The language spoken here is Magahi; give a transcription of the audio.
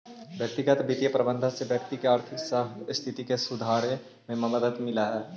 व्यक्तिगत वित्तीय प्रबंधन से व्यक्ति के आर्थिक स्थिति के सुधारने में मदद मिलऽ हइ